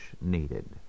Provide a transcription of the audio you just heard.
needed